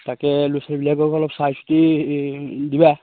তাকে লচালিবিলাকক অলপ চাই চিতি দিবা